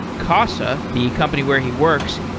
casa, the company where he works,